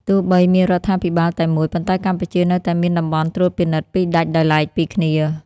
ទោះបីមានរដ្ឋាភិបាលតែមួយ ប៉ុន្តែកម្ពុជានៅតែមានតំបន់ត្រួតពិនិត្យពីរដាច់ដោយឡែកពីគ្នា។